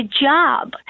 job